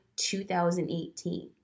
2018